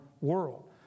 world